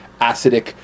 acidic